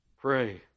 Pray